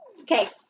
Okay